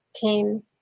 came